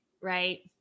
right